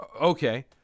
Okay